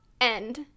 End